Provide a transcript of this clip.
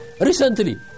Recently